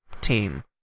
team